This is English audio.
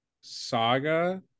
saga